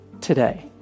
today